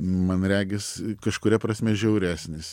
man regis kažkuria prasme žiauresnis